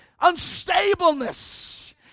Unstableness